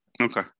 Okay